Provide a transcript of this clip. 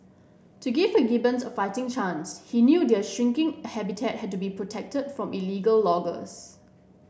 to give the Gibbons a fighting chance he knew their shrinking habitat had to be protected from illegal loggers